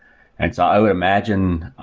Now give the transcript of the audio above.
and so i would imagine,